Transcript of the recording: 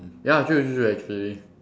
ya true true true actually